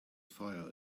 fire